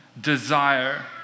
desire